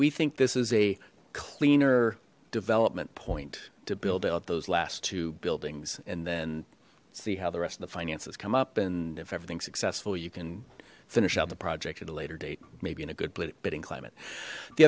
we think this is a cleaner development point to build out those last two buildings and then see how the rest of the finances come up and if everything's successful you can finish out the project at a later date maybe in a good bidding climate the